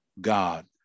God